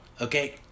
okay